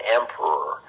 emperor